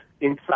inside